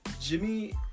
jimmy